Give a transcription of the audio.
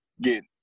get